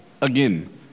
again